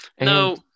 no